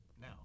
now